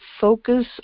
focus